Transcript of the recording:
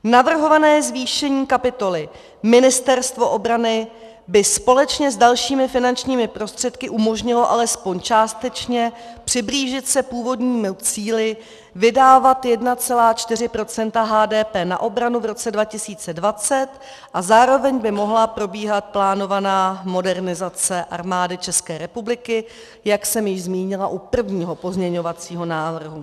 Navrhované zvýšení kapitoly Ministerstvu obrany by společně s dalšími finančními prostředky umožnilo alespoň částečně přiblížit se původnímu cíli vydávat 1,4 % HDP na obranu v roce 2020 a zároveň by mohla probíhat plánovaná modernizace Armády České republiky, jak jsem již zmínila u prvního pozměňovacího návrhu.